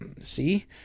see